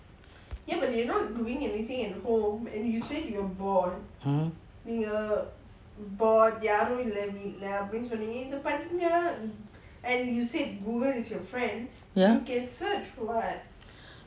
ya